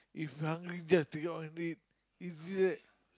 if you hungry just take out and eat easier